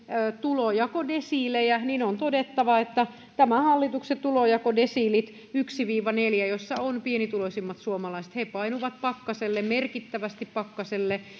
tulonjakodesiilejä on todettava että tämän hallituksen tulonjakodesiilit yksi viiva neljä joissa ovat pienituloisimmat suomalaiset painuvat pakkaselle merkittävästi pakkaselle